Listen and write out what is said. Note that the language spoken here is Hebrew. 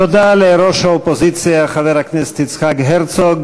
תודה לראש האופוזיציה, חבר הכנסת יצחק הרצוג.